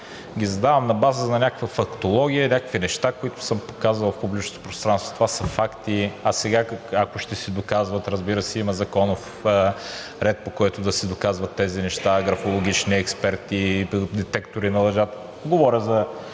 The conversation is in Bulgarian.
ги задавам на база на някаква фактология, някакви неща, които съм показвал в публичното пространство. Това са факти. А сега, ако ще се доказват, разбира се, има законов ред, по който да се доказват тези неща – графологични експерти, детектори на лъжата. Говоря в